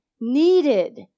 needed